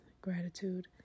gratitude